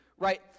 Right